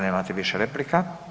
nemate više replika.